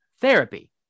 therapy